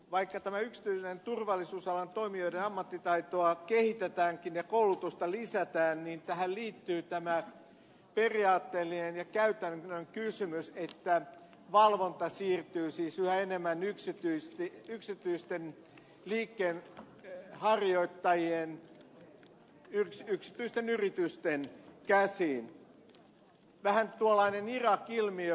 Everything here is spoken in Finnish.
vaikka yksityisten turvallisuusalan toimijoiden ammattitaitoa kehitetäänkin ja koulutusta lisätään niin tähän liittyy tämä periaatteellinen ja käytännön kysymys että valvonta siirtyy siis yhä enemmän yksityisten liikkeenharjoittajien yksityisten yritysten käsiin vähän tuollainen irak ilmiö puhemies